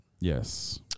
yes